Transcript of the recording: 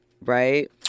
right